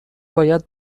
باید